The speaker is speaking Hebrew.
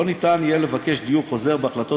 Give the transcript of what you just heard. לא ניתן יהיה לבקש דיון חוזר בהחלטות